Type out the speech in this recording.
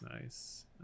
nice